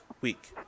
week